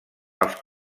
els